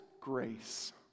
grace